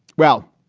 well,